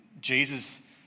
Jesus